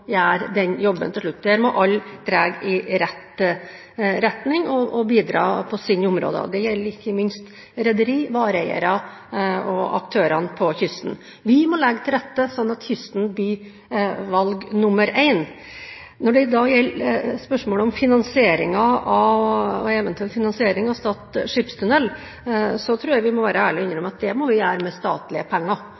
jobben blir gjort. Der må alle dra i rett retning og bidra på sine områder. Det gjelder ikke minst rederier, vareeiere og aktørene på kysten. Vi må legge til rette slik at kysten blir valg nr. 1. Når det så gjelder spørsmålet om en eventuell finansiering av Stad skipstunnel, tror jeg vi må være